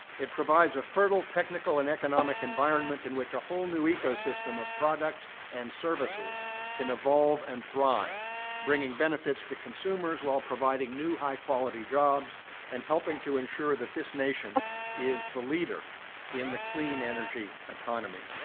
it provides a fertile technical and economic environment in which a whole new eco system of products and services can evolve and thrive bringing benefits to consumers while providing new high quality jobs and helping to ensure that this nation is the leader in the clean energy economy.